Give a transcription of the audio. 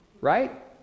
Right